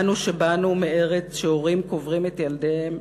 אנו שבאנו מארץ שהורים קוברים בה את ילדיהם,